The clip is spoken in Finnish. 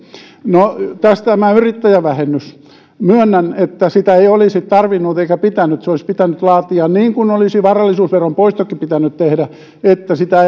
no taas tämä yrittäjävähennys myönnän että sitä ei olisi tarvinnut eikä pitänyt tehdä se olisi pitänyt laatia niin kuin olisi varallisuusveron poistokin pitänyt tehdä että sitä